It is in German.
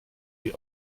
die